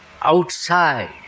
outside